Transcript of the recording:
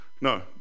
No